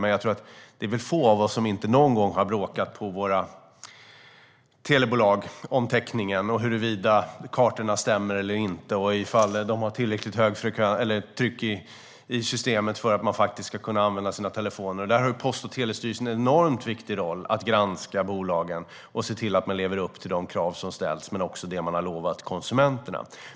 Men jag tror att det är få av oss som inte någon gång har bråkat med våra telebolag om täckningen, om huruvida kartorna stämmer eller inte och om huruvida de har tillräckligt tryck i systemet för att man ska kunna använda sina telefoner. Där har Post och telestyrelsen en enormt viktig roll för att granska bolagen och se till att de lever upp till de krav som ställs men också vad man har lovat konsumenterna.